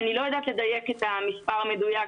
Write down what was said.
אני לא יודעת לדייק את המספר המדויק.